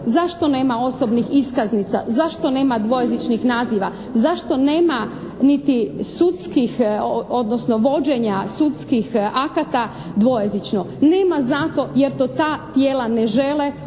Zašto nema osobnih iskaznica, zašto nema dvojezičnih naziva, zašto nema niti sudskih, odnosno vođenja sudskih akata dvojezično? Nema zato jer to ta tijela ne žele,